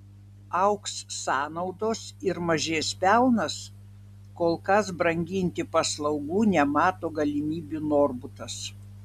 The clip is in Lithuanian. augs sąnaudos ir mažės pelnas kol kas branginti paslaugų nemato galimybių norbutas